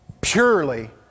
purely